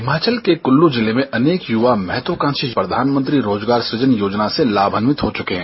हिमाचल के कुल्लू जिला में अनेक युवा महत्वकांक्षी योजना प्रधानमंत्री रोजगार सुजन योजना से लाभान्वित हो चुके हैं